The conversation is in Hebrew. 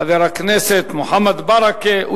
חבר הכנסת מוחמד ברכה,